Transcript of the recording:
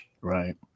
Right